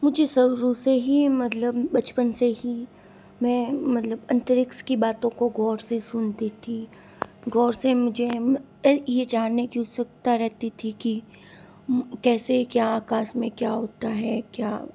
मुझे शरू से ही मतलब बचपन से ही मैं मतलब अंतरिक्ष की बातों को गौर से सुनती थी गौर से मुझे जानने कि उत्सुकता रहती थी कि कैसे क्या आकाश में क्या होता है क्या